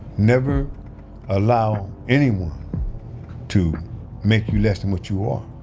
never allow anyone to make you less than what you are.